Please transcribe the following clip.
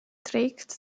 trägt